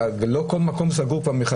שלא תחייב בכל מקום סגור.